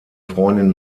freundin